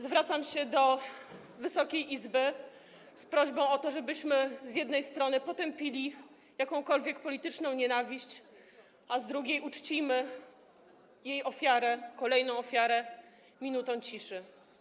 Zwracam się do Wysokiej Izby z prośbą o to, żebyśmy z jednej strony potępili jakąkolwiek polityczną nienawiść, a z drugiej - uczcijmy jej ofiarę, kolejną ofiarę, minutą ciszy.